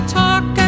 talk